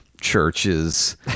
churches